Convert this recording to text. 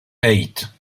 eight